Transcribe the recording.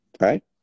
Right